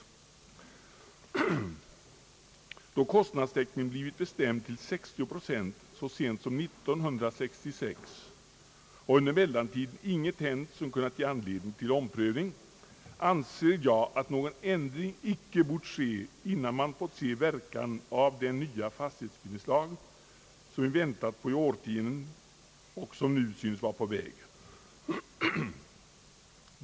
Då kostnadstäckningen blivit bestämd till 60 procent så sent som 1966 och under mellantiden inget hänt som kunnat ge anledning till omprövning, anser jag att någon ändring icke bort ske innan man fått se verkan av den nya fastighetsbildningslag som vi väntat på i årtionden och som nu synes vara på väg.